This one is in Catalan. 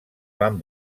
van